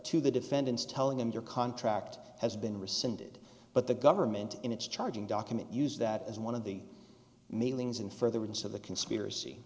to the defendants telling them your contract has been rescinded but the government in its charging document use that as one of the mailings in furtherance of the conspiracy